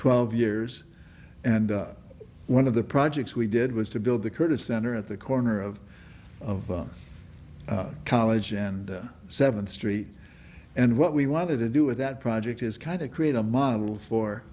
twelve years and one of the projects we did was to build the curtis center at the corner of of college and seventh street and what we wanted to do with that project is kind of create a model for